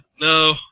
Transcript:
No